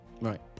right